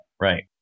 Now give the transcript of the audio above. Right